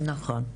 נכון.